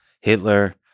Hitler